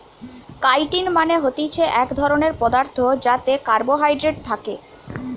chitin মানে হতিছে এক ধরণের পদার্থ যাতে কার্বোহাইড্রেট থাকে